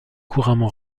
couramment